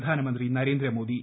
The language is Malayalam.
പ്രധാനമന്ത്രി നരേന്ദ്ര മോദി